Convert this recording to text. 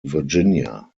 virginia